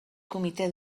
comité